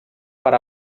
per